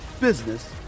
business